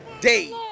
day